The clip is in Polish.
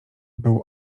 był